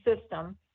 system